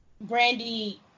Brandy